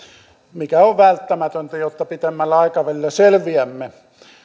mikä on välttämätöntä jotta pitemmällä aikavälillä selviämme